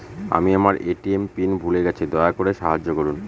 আমি আমার ATM PIN ভুলে গেছি, দয়া করে সাহায্য করুন